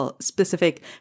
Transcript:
specific